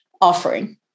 offering